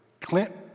Clint